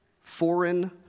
foreign